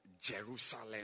Jerusalem